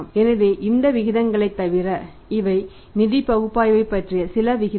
எனவே இந்த விகிதங்களைத் தவிர இவை நிதி பகுப்பாய்வைப் பற்றிய சில விகிதங்கள்